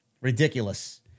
Ridiculous